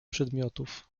przedmiotów